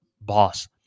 boss